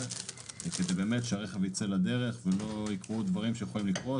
כדי שהרכב ייצא לדרך ולא יקרו דברים שיכולים לקרות.